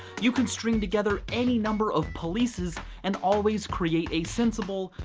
you can string together any number of police's and always create a sensible,